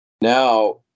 now